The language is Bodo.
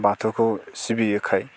बाथौखौ सिबियोखाय